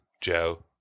Joe